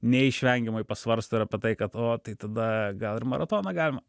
neišvengiamai pasvarsto ir apie tai kad o tai tada gal ir maratoną galima